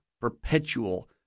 perpetual